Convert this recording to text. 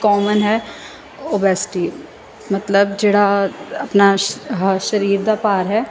common ਹੈ obesity ਮਤਲਬ ਜਿਹੜਾ ਆਪਣਾ ਆਹਾ ਸਰੀਰ ਦਾ ਭਾਰ ਹੈ